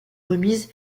remise